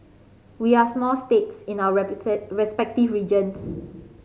we are small states in our respective regions